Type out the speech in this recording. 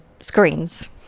screens